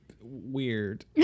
weird